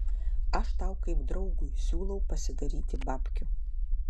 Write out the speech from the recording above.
aš tau kaip draugui siūlau pasidaryti babkių